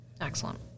excellent